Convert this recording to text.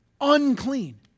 unclean